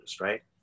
right